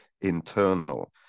internal